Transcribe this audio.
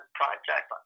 project